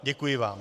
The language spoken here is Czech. Děkuji vám.